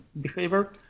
behavior